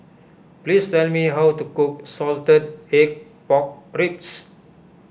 please tell me how to cook Salted Egg Pork Ribs